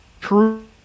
true